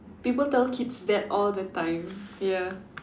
people tell kids that all the time ya